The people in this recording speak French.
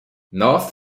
north